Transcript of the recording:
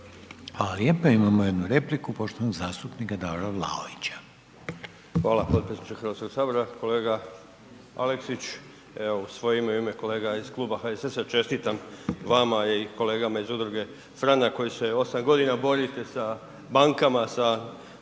Hvala lijepo, imamo jednu repliku poštovanog zastupnika Davora Vlaovića.